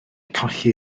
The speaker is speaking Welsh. colli